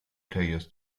players